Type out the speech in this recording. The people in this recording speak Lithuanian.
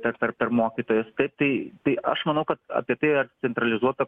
bet per per per mokytojus taip tai aš manau kad apie tai yra centralizuota